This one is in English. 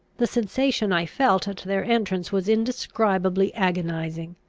the sensation i felt at their entrance was indescribably agonising.